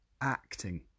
acting